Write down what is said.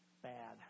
bad